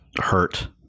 hurt